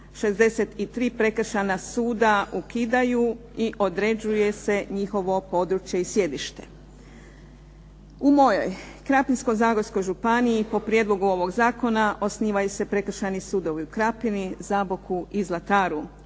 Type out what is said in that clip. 63 prekršajna suda ukidaju i određuje se njihovo područje i sjedište. U mojoj Krapinsko-zagorskoj županiji po prijedlogu ovog zakona osnivaju se prekršajni sudovi u Krapini, Zaboku i Zlataru